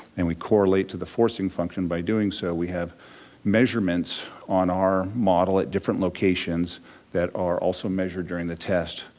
and we correlate to the forcing function, by doing so we have measurements on our model at different locations that are also measured during the test.